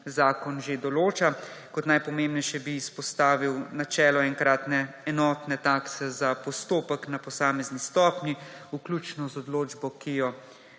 zakon že določa. Kot najpomembnejše bi izpostavil načelo enkratne enotne takse za postopek na posamezni stopnji, vključno z odločbo, ki jo